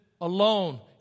alone